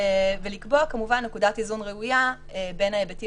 ולקבוע כמובן נקודת איזון ראויה בין ההיבטים